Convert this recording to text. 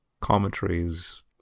commentaries